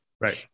right